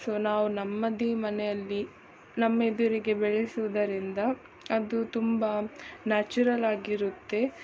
so ನಾವು ನಮ್ಮದೇ ಮನೆಯಲ್ಲಿ ನಮ್ಮ ಎದುರಿಗೆ ಬೆಳೆಸುವುದರಿಂದ ಅದು ತುಂಬ ನ್ಯಾಚುರಲಾಗಿ ಇರುತ್ತೆ